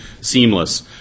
seamless